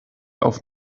auf